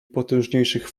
potężniejszych